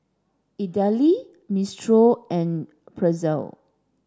Idili Minestrone and Pretzel